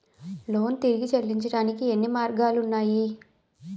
Loan తిరిగి చెల్లించటానికి ఎన్ని మార్గాలు ఉన్నాయి?